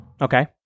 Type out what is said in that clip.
Okay